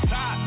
Top